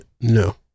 no